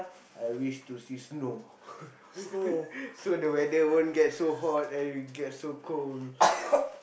I wish to see snow so the weather won't get so hot and it get so cold